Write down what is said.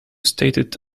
stated